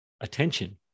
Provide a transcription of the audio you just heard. attention